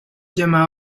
llama